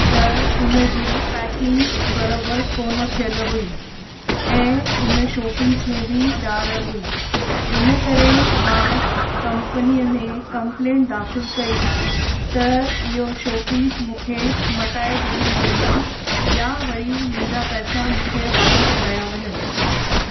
त उनजी पैकिंग बराबरि कोन थियलु हुई ऐं उन शो पीस मे बि ॾार हुई इन करे मां कंपनीअ में कंप्लेंट दाख़िल कई त इहो शो पीस मूंखे मटाए ॾिनो वञे या वरी मुंहिंजा पैसा मूंखे वापसि कया वञनि